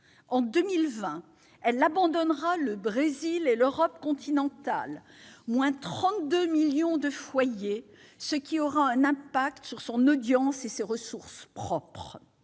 En 2020, elle abandonnera le Brésil et l'Europe continentale, soit 32 millions de foyers en moins, ce qui aura une incidence sur son audience et sur ses ressources propres.